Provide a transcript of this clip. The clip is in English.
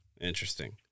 Interesting